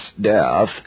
death